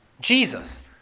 Jesus